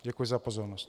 Děkuji za pozornost.